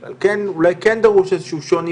על כן אולי כן דרוש איזה שהוא שוני